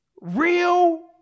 Real